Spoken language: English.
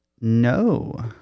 No